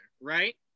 right